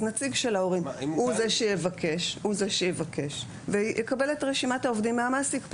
אז נציג של ההורים הוא זה שיבקש ויקבל את רשימת העובדים מהמעסיק.